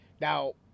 Now